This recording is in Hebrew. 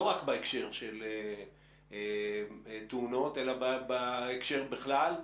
לא רק בהקשר של תאונות אלא בהקשר בכלל,